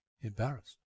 embarrassed